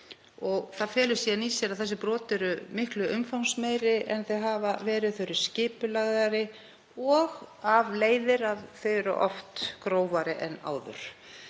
Það felur síðan í sér að þessi brot eru miklu umfangsmeiri en þau hafa verið. Þau eru skipulagðari og af leiðir að þau eru oft grófari en áður